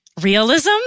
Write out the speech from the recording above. realism